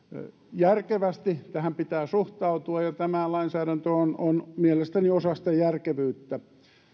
järkevästi tähän pitää suhtautua ja tämä lainsäädäntö on on mielestäni osa sitä järkevyyttä